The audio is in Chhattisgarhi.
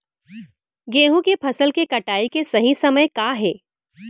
गेहूँ के फसल के कटाई के सही समय का हे?